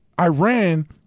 Iran